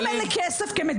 אם אין לי כסף כמדינה,